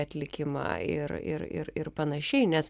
atlikimą ir ir ir ir panašiai nes